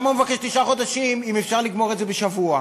למה הוא מבקש תשעה חודשים אם אפשר לגמור את זה בשבוע?